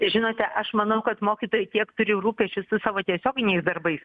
žinote aš manau kad mokytojai tiek turi rūpesčių su savo tiesioginiais darbais